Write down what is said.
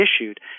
issued